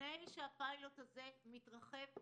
לפני שהפיילוט הזה מתרחב,